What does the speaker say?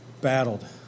battled